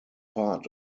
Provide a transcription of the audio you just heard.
part